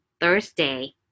Thursday